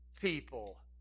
people